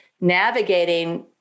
navigating